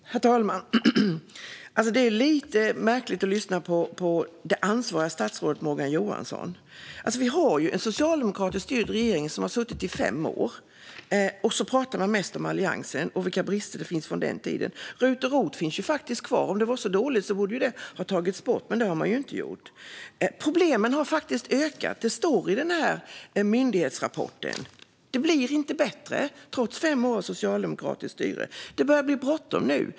Herr talman! Det är lite märkligt att lyssna på det ansvariga statsrådet Morgan Johansson. Vi har ju en socialdemokratiskt styrd regering som har suttit i fem år, och så pratar man mest om Alliansen och vilka brister som finns kvar från den tiden. RUT och ROT finns ju faktiskt kvar. Om det var så dåligt borde man ha tagit bort det, men det har man inte gjort. Problemen har faktiskt ökat. Det står i myndighetsrapporten jag nämnde tidigare. Det blir inte bättre trots fem år av socialdemokratiskt styre. Det börjar bli bråttom nu.